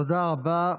תודה רבה.